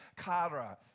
kara